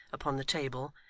upon the table,